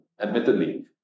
admittedly